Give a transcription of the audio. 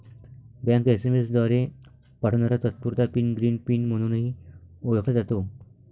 bank SMS द्वारे पाठवणारा तात्पुरता पिन ग्रीन पिन म्हणूनही ओळखला जातो